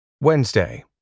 Wednesday